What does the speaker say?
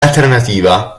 alternativa